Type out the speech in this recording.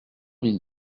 ville